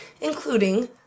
including